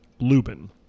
Lubin